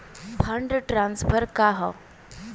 Fund transfer का हव?